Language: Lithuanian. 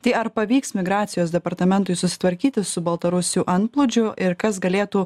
tai ar pavyks migracijos departamentui susitvarkyti su baltarusių antplūdžiu ir kas galėtų